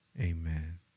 amen